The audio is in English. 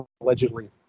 allegedly